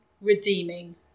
redeeming